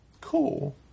Cool